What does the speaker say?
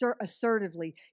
assertively